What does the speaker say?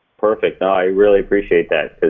perfect, i really appreciate that.